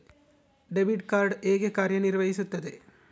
Debit card ಹೇಗೆ ಕಾರ್ಯನಿರ್ವಹಿಸುತ್ತದೆ?